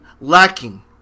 lacking